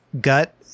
gut